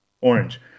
orange